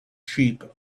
sheep